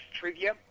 trivia